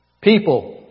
people